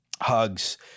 hugs